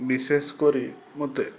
ବିଶେଷ କରି ମତେ